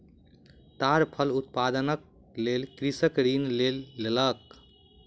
ताड़ फल उत्पादनक लेल कृषक ऋण लय लेलक